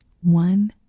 one